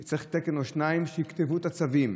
צריך תקן או שניים שיכתבו את הצווים.